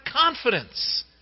confidence